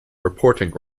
reporting